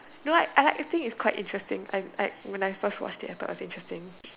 no like I think it's quite interesting like like when I first watched it I thought it's quite interesting